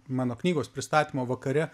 mano knygos pristatymo vakare